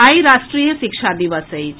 आइ राष्ट्रीय शिक्षा दिवस अछि